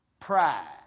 Pride